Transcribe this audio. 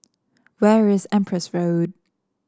where is Empress Road